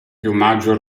piumaggio